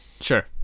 Sure